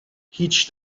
هیچ